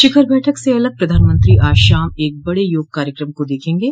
शिखर बैठक से अलग प्रधानमंत्री आज शाम एक बड़े योग कार्यक्रम को देखगे